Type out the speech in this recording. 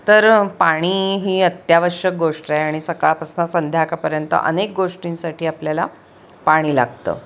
तर पाणी ही अत्यावश्यक गोष्ट आहे आणि सकाळपासनं संध्याकाळपर्यंत अनेक गोष्टींसाठी आपल्याला पाणी लागतं